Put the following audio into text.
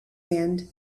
and